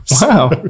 Wow